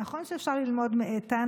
נכון שאפשר ללמוד מאיתן,